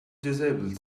disabled